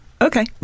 Okay